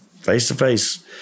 face-to-face